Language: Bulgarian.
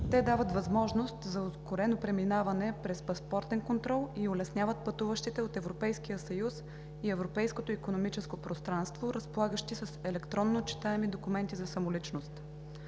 Те дават възможност за ускорено преминаване през паспортен контрол и улесняват пътуващите от Европейския съюз и европейското икономическо пространство, разполагащи с електронно читаеми документи за самоличност.